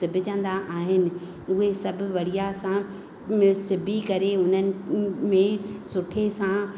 सिबजंदा आहिनि उहे सभु बढ़िया सां उन सिबी करे उननि में सुठे सां